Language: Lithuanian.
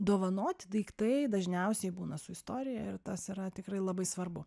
dovanoti daiktai dažniausiai būna su istorija ir tas yra tikrai labai svarbu